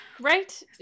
Right